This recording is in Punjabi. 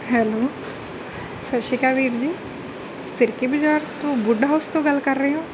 ਹੈਲੋ ਸਤਿ ਸ਼੍ਰੀ ਅਕਾਲ ਵੀਰ ਜੀ ਸਿਰਕੀ ਬਜ਼ਾਰ ਤੋਂ ਵੁੱਡਹਾਊਸ ਤੋਂ ਗੱਲ ਕਰ ਰਹੇ ਹੋ